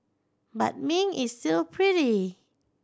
but Ming is still pretty